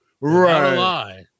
Right